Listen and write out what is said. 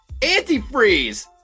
Antifreeze